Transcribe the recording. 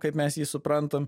kaip mes jį suprantam